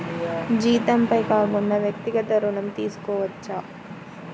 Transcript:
జీతంపై కాకుండా వ్యక్తిగత ఋణం తీసుకోవచ్చా?